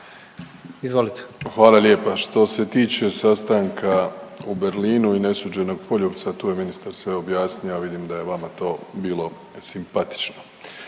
Izvolite./... Hvala lijepa. Što se tiče sastanka u Berlinu i nesuđenog poljupca, tu je ministar sve objasnio, a vidim da je vama to bilo simpatično.